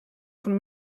von